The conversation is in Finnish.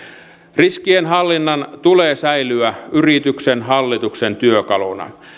riskienhallinnan tulee säilyä yrityksen hallituksen työkaluna